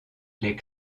les